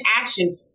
action